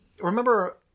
remember